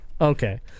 Okay